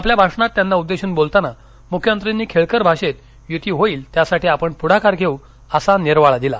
आपल्या भाषणात त्यांना उद्देशुन बोलताना मुख्यमंत्र्यांनी खेळकर भाषेत युती होईल त्यासाठी आपण पुढाकार घेऊ असा निर्वाळा दिला